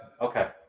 okay